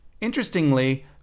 Interestingly